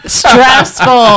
stressful